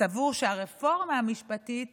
סבור שהרפורמה המשפטית